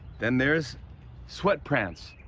then there's sweatprance.